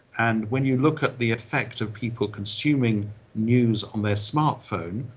and when you look at the effect of people consuming news on their smart phone,